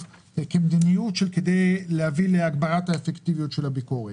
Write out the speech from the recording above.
כדי להביא להגברת האפקטיביות של הביקורת.